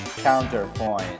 counterpoint